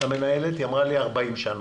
היא אמרה לי: 40 שנה.